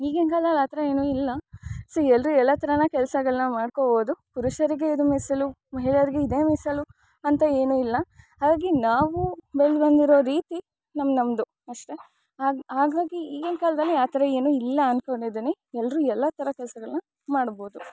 ಈಗಿನ ಕಾಲ್ದಲ್ಲಿ ಆ ಥರ ಏನು ಇಲ್ಲ ಸೊ ಎಲ್ರೂ ಎಲ್ಲ ಥರನೆ ಕೆಲಸಗಳ್ನ ಮಾಡ್ಕೊಬೋದು ಪುರುಷರಿಗೆ ಇದು ಮೀಸಲು ಮಹಿಳೆಯರಿಗೆ ಇದೇ ಮೀಸಲು ಅಂತ ಏನೂ ಇಲ್ಲ ಹಾಗಾಗಿ ನಾವು ಬೆಳ್ದು ಬಂದಿರೋ ರೀತಿ ನಮ್ಮ ನಮ್ಮದು ಅಷ್ಟೇ ಹಾಗ್ ಹಾಗಾಗಿ ಈಗಿನ ಕಾಲದಲ್ಲಿ ಆ ಥರ ಏನೂ ಇಲ್ಲ ಅನ್ಕೊಂಡಿದ್ದೀನಿ ಎಲ್ರೂ ಎಲ್ಲ ಥರ ಕೆಲಸಗಳ್ನ ಮಾಡ್ಬೋದು